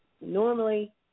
normally